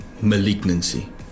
malignancy